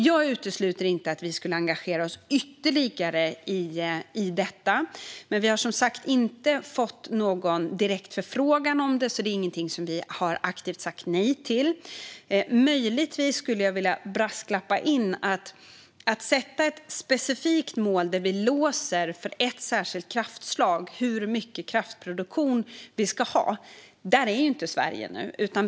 Jag utesluter inte att vi engagerar oss ytterligare i detta, men vi har som sagt inte fått någon direkt förfrågan om det. Det är alltså ingenting som vi aktivt har sagt nej till. Möjligen ska jag kasta in en brasklapp: Sverige befinner sig inte i ett läge där vi sätter specifika mål och låser oss för hur mycket kraftproduktion vi ska ha från ett särskilt kraftslag.